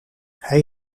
hij